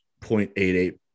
0.88